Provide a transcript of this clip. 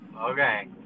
Okay